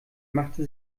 machte